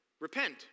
Repent